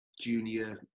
junior